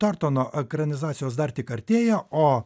tortono ekranizacijos dar tik artėja o